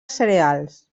cereals